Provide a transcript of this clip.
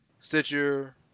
Stitcher